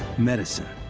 medicine,